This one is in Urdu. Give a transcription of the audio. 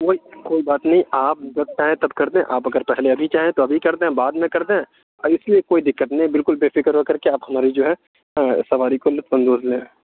کوئی کوئی بات نہیں آپ جب چاہیں تب کردیں آپ اگر پہلے ابھی چاہیں تو ابھی کردیں بعد میں کر دیں تو اِس کی کوئی دقت نہیں بالکل بے فکر ہو کر کے آپ ہماری جو ہے سواری کو لُطف اندوز لیں